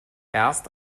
erst